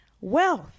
wealth